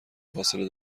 فاصله